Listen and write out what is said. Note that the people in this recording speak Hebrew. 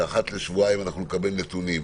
שאחת לשבועיים אנחנו נקבל נתונים,